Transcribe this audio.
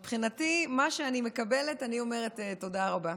מבחינתי, מה שאני מקבלת, אני אומרת תודה רבה.